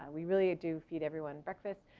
we really do feed everyone breakfast.